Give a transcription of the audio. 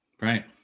Right